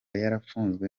yarafunzwe